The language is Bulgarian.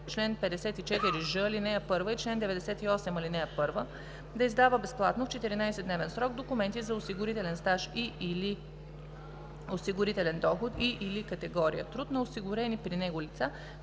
чл. 54ж, ал. 1 и чл. 98, ал. 1 да издава безплатно, в 14-дневен срок, документи за осигурителен стаж и/или осигурителен доход, и/или категория труд на осигурени при него лица,